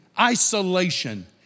isolation